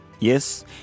Yes